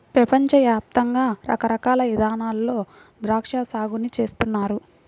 పెపంచ యాప్తంగా రకరకాల ఇదానాల్లో ద్రాక్షా సాగుని చేస్తున్నారు